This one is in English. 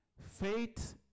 faith